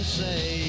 say